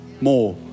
more